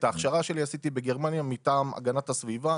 את ההכשרה שלי עשיתי בגרמניה מטעם הגנת הסביבה,